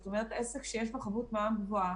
עסק שיש לו חבות מע"מ גבוהה,